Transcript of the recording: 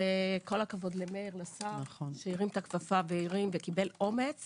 כל הכבוד למאיר השר שהקים את הכפפה וקיבל אומץ